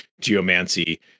geomancy